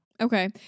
Okay